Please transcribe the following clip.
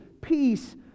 peace